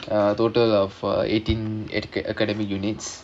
uh total of err eighteen academy units